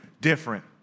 different